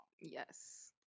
Yes